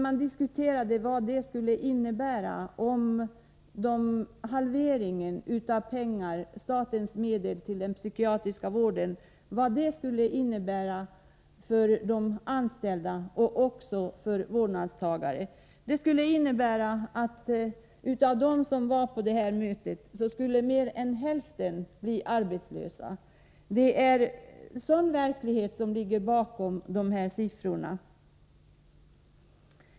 Man diskuterade vad en halvering av det statliga anslaget till den psykiatriska vården skulle innebära för de anställda och även för vårdnadstagarna. Det skulle innebära att av dem som var med på nämnda möte skulle mer än hälften bli arbetslösa. Det är verkligheten bakom de här siffrorna.